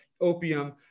Opium